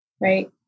right